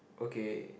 okay